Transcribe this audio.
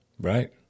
Right